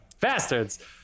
Bastards